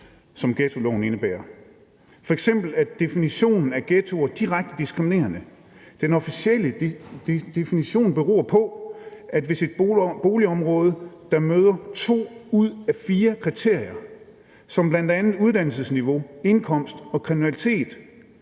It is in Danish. som ghettoloven indebærer. F.eks. er definitionen af ghettoer direkte diskriminerende. Den officielle definition beror på, at hvis et boligområde, der opfylder to ud af fire kriterier om bl.a. uddannelsesniveau, indkomst og kriminalitet,